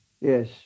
yes